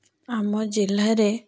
ଆମ ଜିଲ୍ଲାରେ